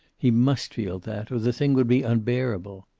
he must feel that, or the thing would be unbearable.